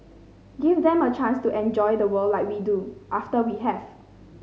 give them a chance to enjoy the world like we do after we have